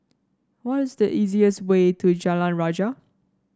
what is the easiest way to Jalan Rajah